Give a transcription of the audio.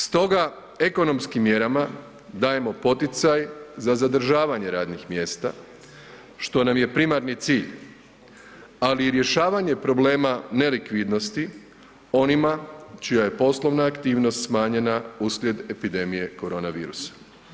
Stoga ekonomskim mjerama dajemo poticaj za zadržavanje radnih mjesta, što nam je primarni cilj, ali i rješavanje problema nelikvidnosti onima čija je poslovna aktivnost smanjena uslijed epidemije korona virusa.